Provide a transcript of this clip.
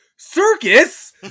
Circus